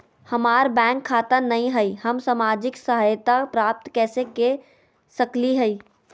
हमार बैंक खाता नई हई, हम सामाजिक सहायता प्राप्त कैसे के सकली हई?